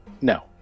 No